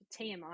tmi